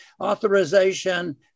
authorization